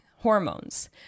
hormones